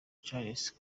charles